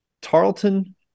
Tarleton